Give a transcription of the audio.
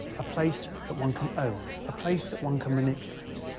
a place that one can own, a place that one can manipulate,